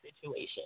situation